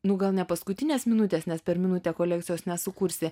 nu gal ne paskutinės minutės nes per minutę kolekcijos nesukursi